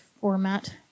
format